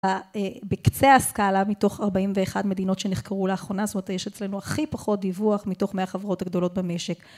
בקצה ההשכלה, מתוך 41 מדינות שנחקרו לאחרונה, זאת אומרת, יש אצלנו הכי פחות דיווח מתוך 100 החברות הגדולות במשק.